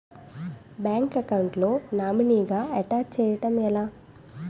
Bank account లో నామినీగా attach చేయడం ఎలా?